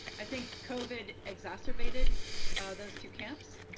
i think covid exacerbated those two camps.